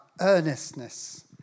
earnestness